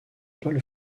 paul